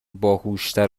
باهوشتر